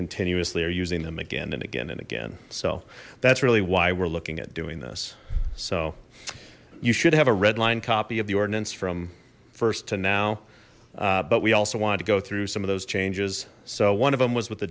continuously are using them again and again and again so that's really why we're looking at doing this so you should have a red line copy of the ordinance from first to now but we also want to go through some of those changes so one of them was with the